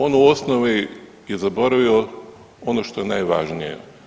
On u osnovi je zaboravio ono što je najvažnije.